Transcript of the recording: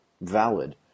valid